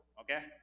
Okay